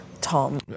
Tom